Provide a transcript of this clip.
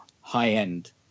high-end